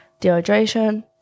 dehydration